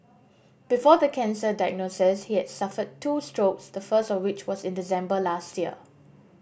before the cancer diagnosis he had suffered two strokes the first of which was in December last year